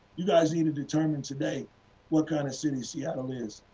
you guys need to determine today what kind of cities seattle is.